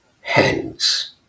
hands